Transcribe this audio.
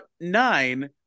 Nine